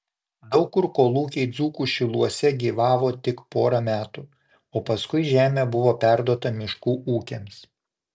daug kur kolūkiai dzūkų šiluose gyvavo tik porą metų o paskui žemė buvo perduota miškų ūkiams